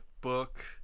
book